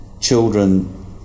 children